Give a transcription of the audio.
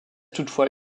toutefois